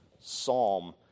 psalm